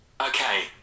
Okay